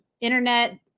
internet